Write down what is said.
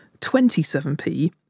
27p